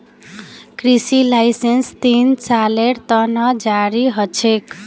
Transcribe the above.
कृषि लाइसेंस तीन सालेर त न जारी ह छेक